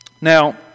Now